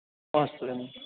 వస్తుందండి